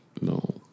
No